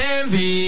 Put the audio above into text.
envy